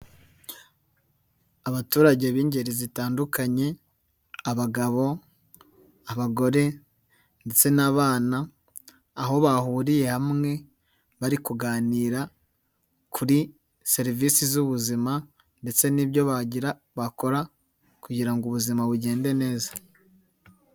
Abaturage b'ingeri zitandukanye: abagabo, abagore ndetse n'abana, aho bahuriye hamwe bari kuganira kuri serivisi z'ubuzima ndetse n'ibyo bagira bakora kugira ngo ubuzima bugende neza.